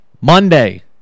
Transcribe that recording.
Monday